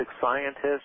scientist